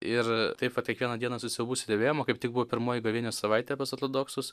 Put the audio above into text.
ir taip vat kiekvieną dieną su siaubu stebėjom o kaip tik buvo pirmoji gavėnios savaitė pas ortodoksus